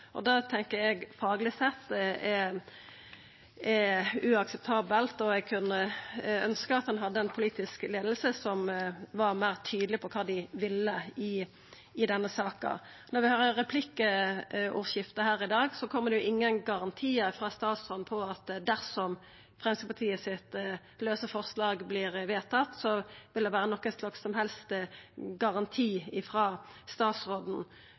Det tenkjer eg er uakseptabelt fagleg sett, og eg kunne ønskja at ein hadde ei politisk leiing som var meir tydeleg på kva dei ville i denne saka. Når vi høyrer replikkordskiftet her i dag, kjem det ingen garantiar frå statsråden om at dersom det lause forslaget frå Framstegspartiet vert vedtatt, vil det vera nokon som helst garanti